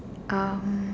um